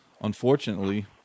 unfortunately